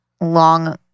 long